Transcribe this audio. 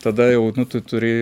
tada jau nu tu turi